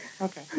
Okay